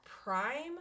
Prime